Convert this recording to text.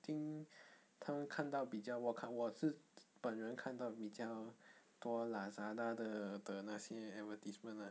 think 他们看到比较我我是本人看到比较多 lazada 的的那些 advertisement lah